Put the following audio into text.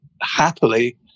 happily